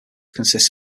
consists